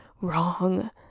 wrong